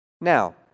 Now